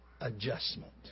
adjustment